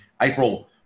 April